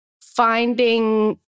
finding